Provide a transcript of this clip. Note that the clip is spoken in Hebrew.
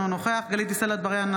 אינו נוכח גלית דיסטל אטבריאן,